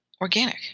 organic